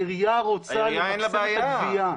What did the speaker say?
העירייה רוצה למקסם את הגבייה,